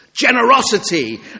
generosity